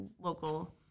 local